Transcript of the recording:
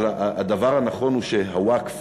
אבל הדבר הנכון הוא שהווקף